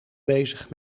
bezig